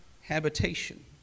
habitation